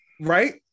right